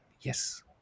Yes